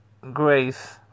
grace